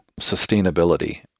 sustainability